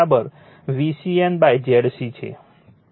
તેથી Ic VCN ZC છે